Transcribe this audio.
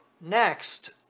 next